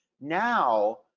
Now